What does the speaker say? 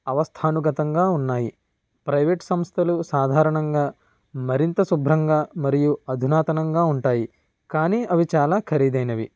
అవస్థానుగతంగా ఉన్నాయి ప్రైవేట్ సంస్థలు సాధారణంగా మరింత శుభ్రంగా మరియు అధునాతనంగా ఉంటాయి కానీ అవి చాలా ఖరీదైనవి